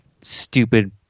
stupid